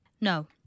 No